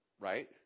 Right